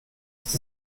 ist